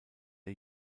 der